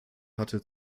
hatte